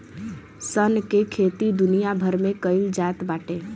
सन के खेती दुनिया भर में कईल जात बाटे